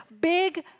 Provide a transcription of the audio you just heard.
big